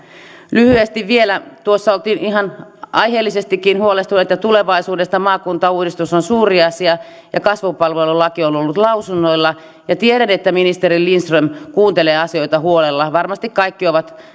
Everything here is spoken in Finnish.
lyhyesti vielä tuossa oltiin ihan aiheellisestikin huolestuneita tulevaisuudesta maakuntauudistus on suuri asia ja kasvupalvelulaki on ollut lausunnoilla tiedän että ministeri lindström kuuntelee asioita huolella varmasti kaikki ovat